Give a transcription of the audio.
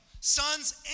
sons